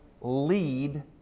lead